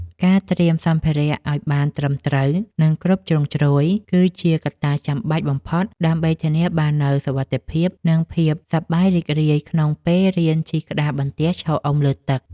ការត្រៀមសម្ភារៈឱ្យបានត្រឹមត្រូវ និងគ្រប់ជ្រុងជ្រោយ គឺជាកត្តាចាំបាច់បំផុតដើម្បីធានាបាននូវសុវត្ថិភាព និងភាពសប្បាយរីករាយក្នុងពេលរៀនជិះក្តារបន្ទះឈរអុំលើទឹក។